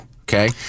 Okay